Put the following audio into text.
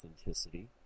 authenticity